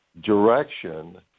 direction